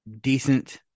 decent